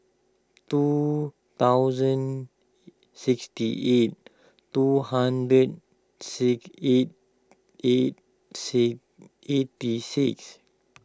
two thousand sixty eight two hundred sick eight eight C eighty six